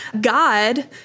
God